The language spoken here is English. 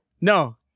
No